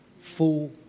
Full